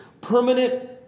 permanent